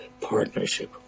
partnership